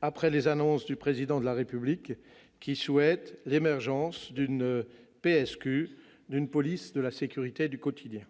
après les annonces du Président de la République, qui souhaite l'émergence d'une police de la sécurité du quotidien.